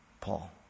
Paul